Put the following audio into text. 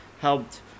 helped